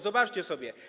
Zobaczcie sobie.